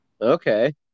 Okay